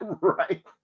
Right